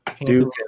Duke